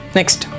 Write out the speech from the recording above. Next